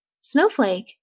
Snowflake